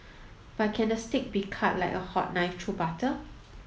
but can the steak be cut like a hot knife through butter